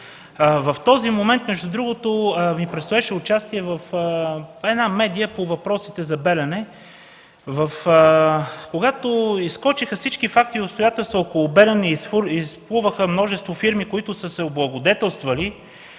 в този момент ми предстоеше участие в една медия по въпросите за Белене. Когато изскочиха всички факти и обстоятелства около Белене и изплуваха множество фирми, които са се облагодетелствали,